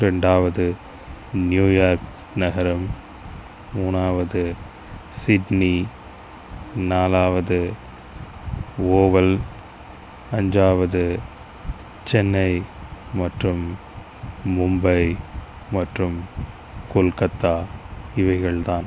ரெண்டாவது நியூயார்க் நகரம் மூணாவது சிட்னி நாலாவது ஓவல் அஞ்சாவது சென்னை மற்றும் மும்பை மற்றும் கொல்கத்தா இவைகள் தான்